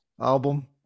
album